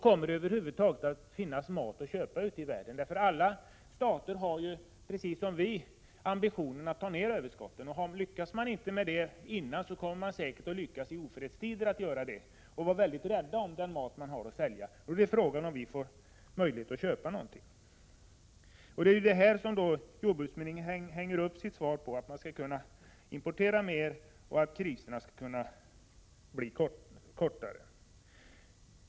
Kommer det över huvud taget att finnas mat att köpa ute i världen? Alla stater har ju, precis som vi, ambitionen att minska överskotten. Lyckas man inte med det tidigare, så kommer man säkert att lyckas i ofredstider och då vara väldigt rädd om den mat man har att sälja. Då är frågan om vi får möjlighet att köpa någonting. Jordbruksministern hänger upp sitt svar på att man skall kunna importera mer och att kriserna skall bli kortare.